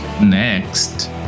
next